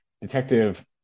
Detective